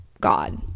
god